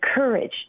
courage